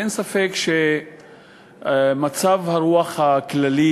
אין ספק שמצב הרוח הכללי,